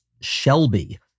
Shelby